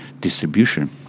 distribution